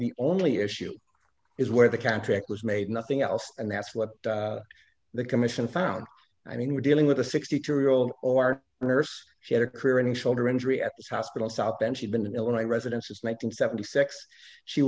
the only issue is where the contract was made nothing else and that's what the commission found i mean we're dealing with a sixty two year old art nurse she had a career in shoulder injury at the hospital south bend she'd been in illinois residences making seventy six she